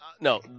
no